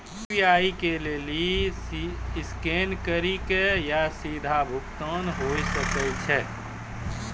UPI के लेली scan करि के या सीधा भुगतान हुये सकै छै